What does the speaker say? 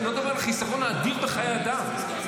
ואני לא מדבר על החיסכון האדיר בחיי אדם.